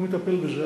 הוא מטפל בזה.